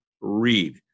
read